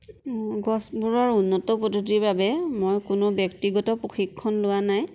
গছবোৰৰ উন্নত পদ্ধতিৰ বাবে মই কোনো ব্য়ক্তিগত প্ৰশিক্ষণ লোৱা নাই